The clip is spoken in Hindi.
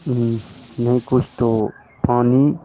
उन्हें कुछ तो पानी